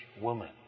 woman